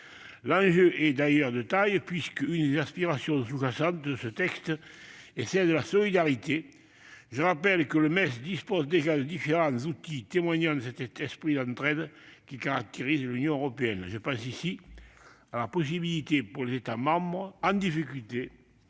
L'enjeu est d'ailleurs de taille, puisque l'un des objectifs sous-jacents de ce texte est la solidarité. Je rappelle que le MES dispose déjà de différents outils témoignant de l'esprit d'entraide qui caractérise l'Union européenne. Je pense ici à la possibilité pour les États membres en difficulté